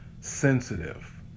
sensitive